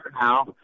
now